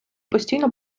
постійно